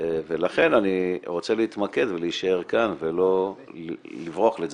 ולכן אני רוצה להתמקד ולהישאר כאן ולא לברוח לצדדים.